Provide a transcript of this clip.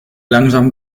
langsam